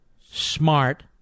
smart